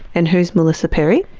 and who's melissa perry?